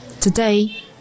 Today